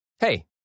Hey